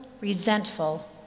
resentful